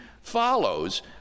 follows